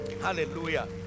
Hallelujah